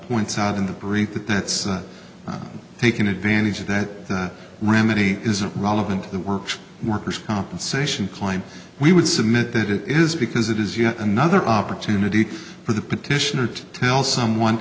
points out in the brief that that's taken advantage of that remedy isn't relevant to the works workers compensation climb we would submit that it is because it is yet another opportunity for the petitioner to tell someone